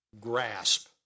grasp